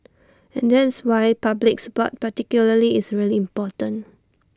and that is why public support particularly is really important